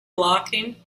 blocking